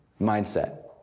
mindset